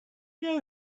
know